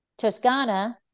Tuscana